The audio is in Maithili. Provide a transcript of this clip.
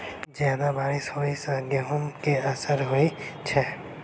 जियादा बारिश होइ सऽ गेंहूँ केँ असर होइ छै?